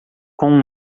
com